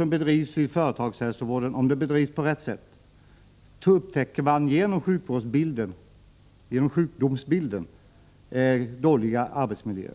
Om företagshälsovården bedrivs på rätt sätt upptäcker man genom sjukdomsbilderna dåliga arbetsmiljöer.